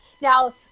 Now